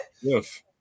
Yes